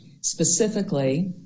specifically